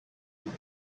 and